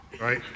right